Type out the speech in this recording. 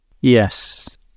Yes